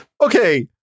Okay